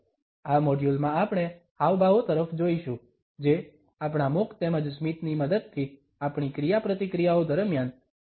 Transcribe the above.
આ મોડ્યુલમાં આપણે હાવભાવો તરફ જોઇશું જે આપણા મુખ તેમજ સ્મિતની મદદથી આપણી ક્રિયાપ્રતિક્રિયાઓ દરમિયાન વ્યક્ત કરવામાં આવે છે